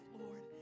Lord